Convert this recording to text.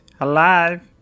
alive